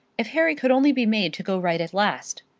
if harry could only be made to go right at last.